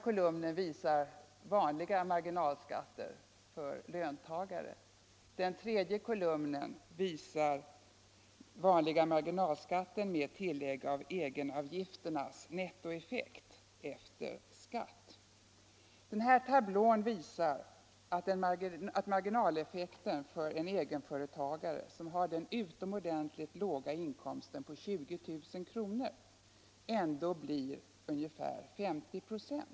I kolumnerna anges dels vanliga marginalskatter för löntagare, dels vanliga marginalskatter med tillägg av egenavgifternas nettoeffekt efter skatt. Marginaleffekten för en egenföretagare som har den utomordentligt låga inkomsten av 20 000 kr. blir ändå ungefär 50 96.